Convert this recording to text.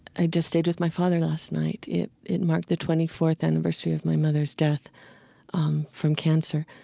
i just stayed with my father last night. it it marked the twenty fourth anniversary of my mother's death um from cancer.